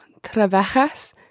trabajas